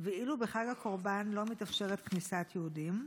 ואילו בחג הקורבן לא מתאפשרת כניסת יהודים?